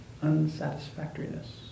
unsatisfactoriness